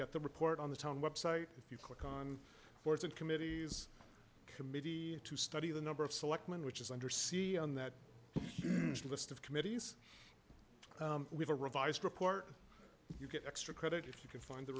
get the report on the town website if you click on words and committees committee to study the number of selectmen which is under see on that list of committees we've a revised report you get extra credit if you can find the